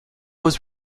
was